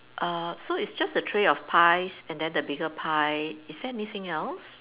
err so it's just a tray of pies and then the bigger pie is there anything else